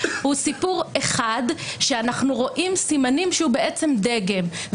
הוא סיפור אחד שאנחנו רואים סימנים שהוא בעצם דגם,